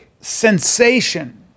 sensation